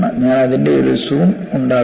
ഞാൻ അതിന്റെ ഒരു സൂം ഉണ്ടാക്കും